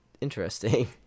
interesting